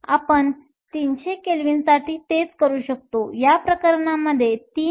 आपण 300 केल्विनसाठी तेच करू शकतो या प्रकरणामध्ये 3